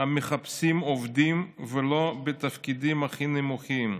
המחפשים עובדים ולא בתפקידים הכי נמוכים,